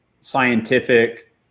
scientific